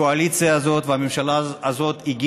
כל פעם שאת מדברת תבדקי את התנהלות הקואליציה בכל הטענות שלך,